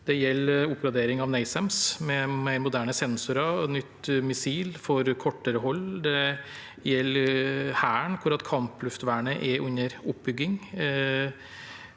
Det gjelder oppgradering av NASAMS med mer moderne sensorer og nytt missil for kortere hold, og det gjelder Hæren, hvor kampluftvernet er under oppbygging